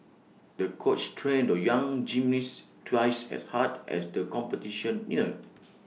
the coach trained the young gymnast twice as hard as the competition neared